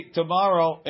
tomorrow